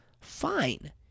fine